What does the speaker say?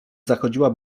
zachodziła